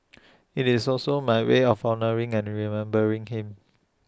IT is also my way of honouring and remembering him